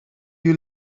you